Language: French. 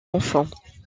enfants